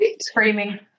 screaming